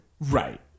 Right